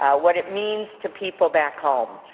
what it means to people back home,